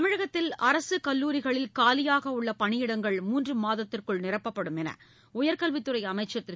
தமிழகத்தில் அரசு கல்லூரிகளில் காலியாக உள்ள பணியிடங்கள் மூன்று மாதத்திற்குள் நிரப்பப்படும் என்று உயர்கல்வித்துறை அமைச்சர் திரு